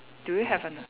do you have